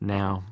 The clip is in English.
now